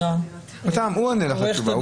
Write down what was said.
הוא ייתן לך תשובה,